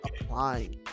applying